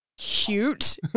cute